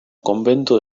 convento